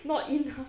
not enough